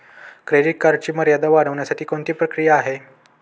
Credit कार्डची मर्यादा वाढवण्यासाठी कोणती प्रक्रिया आहे?